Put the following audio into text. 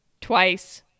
Twice